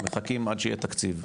הם מחכים עד שיהיה תקציב?